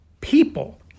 people